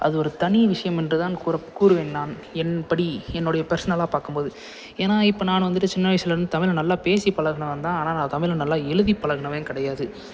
அது ஒரு தனி விஷயம் என்று தான் கூற கூறுவேன் நான் என்படி என்னுடைய பர்ஸ்னலாக பார்க்கும் போது ஏன்னா இப்போ நான் வந்துட்டு சின்ன வயதுல இருந்து தமிழ நல்லா பேசி பழகினவேந்தான் ஆனால் நான் தமிஜக நல்லா எழுதி பழகினவேன் கிடையாது